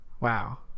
wow